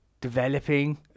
developing